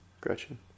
Gretchen